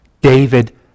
David